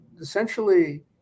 essentially